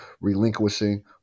relinquishing